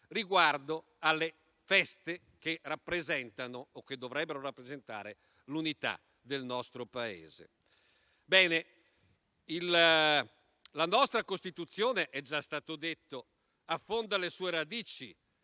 riguardo alle feste che rappresentano o che dovrebbero rappresentare l'unità del nostro Paese. La nostra Costituzione - è già stato detto - affonda le sue radici